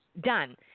done